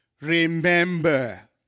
Remember